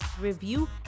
review